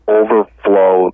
overflow